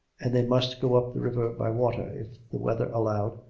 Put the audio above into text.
and they must go up the river by water, if the weather allowed,